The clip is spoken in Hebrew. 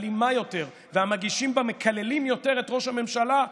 אלימה יותר והמגישים בה מקללים יותר את ראש הממשלה,